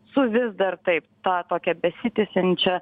su vis dar taip ta tokia besitęsiančia